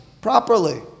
properly